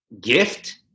gift